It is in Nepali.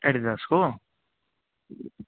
एडिडासको